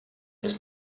ist